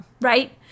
right